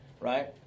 right